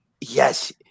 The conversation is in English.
Yes